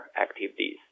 activities